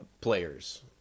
players